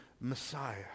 Messiah